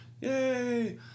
Yay